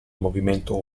movimento